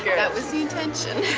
yeah that was the intention.